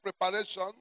preparation